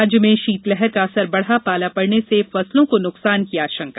राज्य में शीतलहर का असर बढ़ा पाला पड़ने से फसलों को नुकसान की आशंका